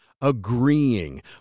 agreeing